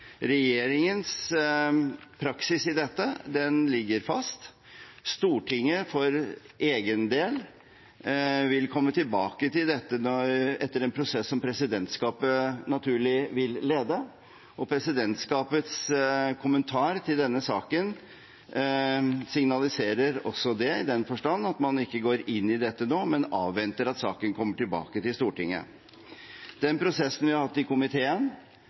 Regjeringens praksis i dette ligger fast. Stortinget vil for sin egen del komme tilbake til dette etter en prosess som presidentskapet naturlig vil lede. Presidentskapets kommentar til denne saken signaliserer også det, i den forstand at man ikke går inn i dette nå, men avventer at saken kommer tilbake til Stortinget. Den prosessen vi har hatt i komiteen